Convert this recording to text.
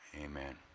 Amen